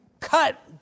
cut